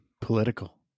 political